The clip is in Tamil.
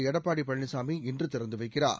எடப்பாடி பழனிசாமி இன்று திறந்து வைக்கிறார்